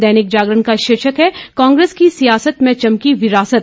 दैनिक जागरण का शीर्षक है कांग्रेस की सियासत में चमकी विरासत